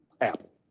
Apple